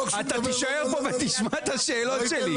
אתה תישאר ותשמע את השאלות שלי.